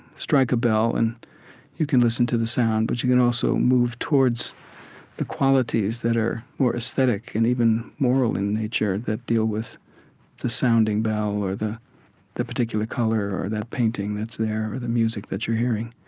strike a bell and you can listen to the sound, but you can also move towards the qualities that are more aesthetic and even moral in nature that deal with the sounding bell or the the particular color or that painting that's there or the music that you're hearing